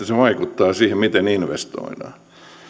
se vaikuttaa siihen miten investoidaan